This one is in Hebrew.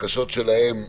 הבקשות שלהם,